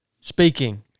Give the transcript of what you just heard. speaking